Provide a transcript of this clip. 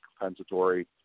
compensatory